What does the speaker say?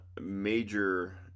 major